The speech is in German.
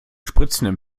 spritzendem